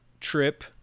trip